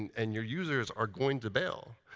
and your users are going to bail.